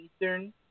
Eastern